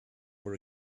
were